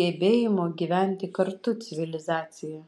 gebėjimo gyventi kartu civilizacija